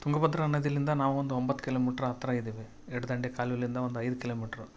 ತುಂಗಭದ್ರಾ ನದಿಲಿಂದ ನಾವೊಂದು ಒಂಬತ್ತು ಕಿಲೋಮೀಟ್ರ್ ಹತ್ತಿರ ಇದ್ದೀವಿ ಎಡ ದಂಡೆ ಕಾಲುವೆಲಿಂದ ಒಂದು ಐದು ಕಿಲೋಮೀಟ್ರ್